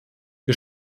wir